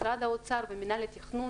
משרד האוצר והמנהל לתכנון,